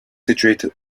situated